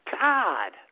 God